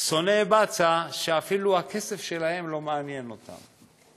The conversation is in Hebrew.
שונא בצע, שאפילו הכסף שלהם לא מעניין אותם.